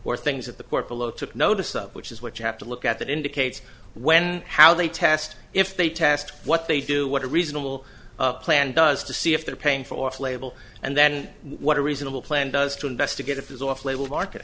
or things that the court below took notice of which is what you have to look at that indicates when how they test if they test what they do what are reasonable plan does to see if they're paying for off label and then what a reasonable plan does to investigate if there's off label market